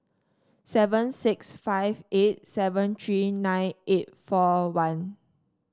seven six five eight seven three nine eight four one